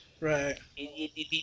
Right